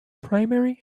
primary